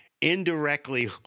indirectly